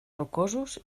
rocosos